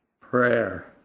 prayer